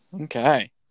Okay